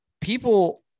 people